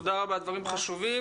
תודה רבה, דברים חשובים.